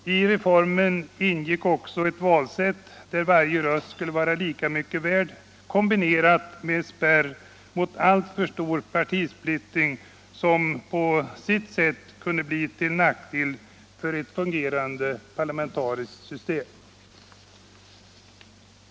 I reformen ingick också ett valsätt där varje röst skulle vara lika mycket värd kombinerat med spärr mot alltför stor partisplittring som på sitt sätt kunde bli till nackdel för ett fungerande parlamentariskt system.